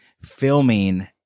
filming